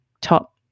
top